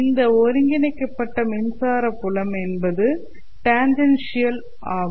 இந்த ஒருங்கிணைக்கப்பட்ட மின்சார புலம் என்பது டஞ்சென்ஷியல் ஆகும்